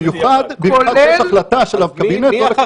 במיוחד כשיש החלטה של הקבינט לא לאכוף.